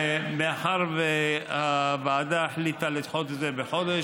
מאחר שהוועדה החליטה לדחות את זה בחודש,